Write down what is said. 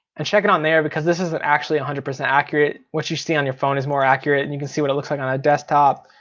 and check it on there, because this isn't actually one hundred percent accurate. what you see on your phone is more accurate and you can see what it looks like on a desktop,